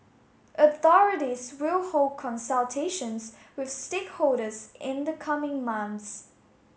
authorities will hold consultations with stakeholders in the coming months